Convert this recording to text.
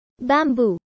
bamboo